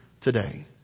today